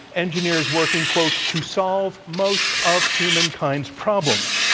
engineers working, quote, to solve most of humankind's problems.